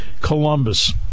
Columbus